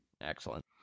Excellent